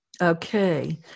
Okay